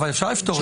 אפשר לפתור את זה.